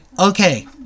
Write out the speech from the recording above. okay